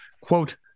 quote